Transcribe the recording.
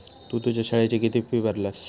तु तुझ्या शाळेची किती फी भरलस?